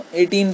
18